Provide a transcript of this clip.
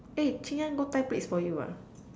eh Chin-Yuan go tie plaits for you ah